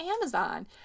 Amazon